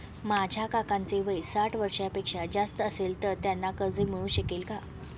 माझ्या काकांचे वय साठ वर्षांपेक्षा जास्त असेल तर त्यांना कर्ज मिळू शकेल का?